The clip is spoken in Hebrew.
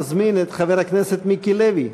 אני מזמין את חבר הכנסת מיקי לוי,